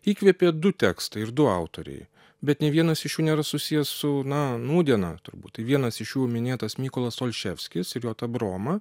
įkvėpė du tekstai ir du autoriai bet nė vienas iš jų nėra susijęs su na nūdiena turbūt tai vienas iš jų minėtas mykolas olševskis ir jo ta broma